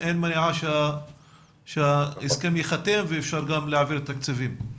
אין מניעה שההסכם ייחתם ואפשר גם להעביר תקציבים.